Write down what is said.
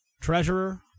treasurer